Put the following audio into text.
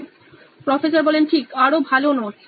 professor ঠিক আরো ভালো নোটস